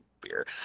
beer